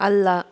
ಅಲ್ಲ